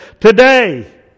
today